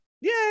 Yay